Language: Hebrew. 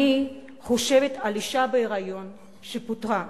אני חושבת על אשה בהיריון שפוטרה,